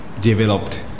developed